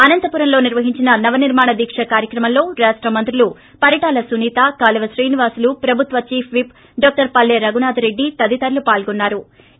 అనంతపురంలో నిర్వహించిన నవనిర్మాణ దీక కార్యక్రమంలో రాష్టమంత్రులు పరిటాల సునీత కాలువ శ్రీనివాసులు ప్రభుత్వ chief whip doctor Palle Raghunath Reddy తదితరులు పాల్గొన్నారు